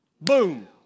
boom